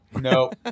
No